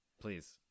Please